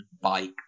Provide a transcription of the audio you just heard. bike